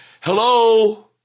Hello